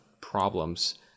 problems